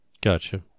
Gotcha